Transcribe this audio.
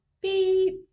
Beep